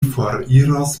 foriros